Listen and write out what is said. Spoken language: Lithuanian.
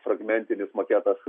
fragmentinis maketas